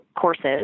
courses